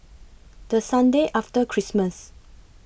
The Sunday after Christmas